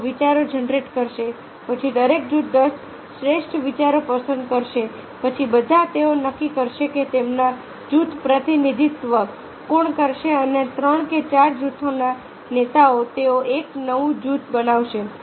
તેઓ વિચારો જનરેટ કરશે પછી દરેક જૂથ દસ શ્રેષ્ઠ વિચારો પસંદ કરશે પછી બધા તેઓ નક્કી કરશે કે તેમના જૂથનું પ્રતિનિધિત્વ કોણ કરશે અને ત્રણ કે ચાર જૂથોના નેતાઓ તેઓ એક નવું જૂથ બનાવશે